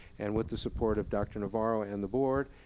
and with the support of dr. navarro and the board,